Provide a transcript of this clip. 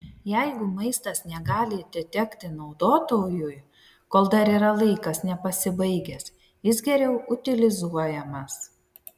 jeigu maistas negali atitekti naudotojui kol dar yra laikas nepasibaigęs jis geriau utilizuojamas